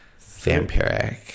Vampiric